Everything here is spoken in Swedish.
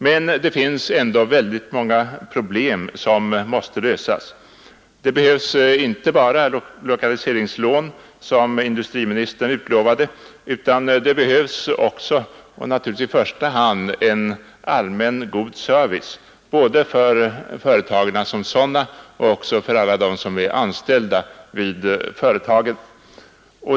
Men det finns ändå många problem som måste lösas. Det behövs inte bara lokaliseringslån, som industriministern utlovade, utan det behövs också — och naturligtvis i första hand — en allmän god service både för företagen som sådana och för alla dem som är anställda vid företagen.